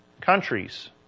countries